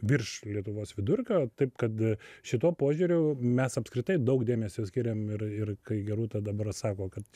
virš lietuvos vidurkio taip kad šituo požiūriu mes apskritai daug dėmesio skiriam ir ir gerūta dabar sako kad